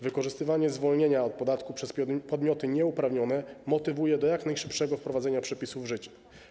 Wykorzystywanie zwolnienia od podatku przez podmioty nieuprawnione motywuje do jak najszybszego wprowadzenia przepisów w życie.